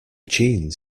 jeans